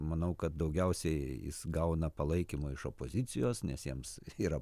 manau kad daugiausiai jis gauna palaikymo iš opozicijos nes jiems yra